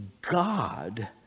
God